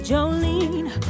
Jolene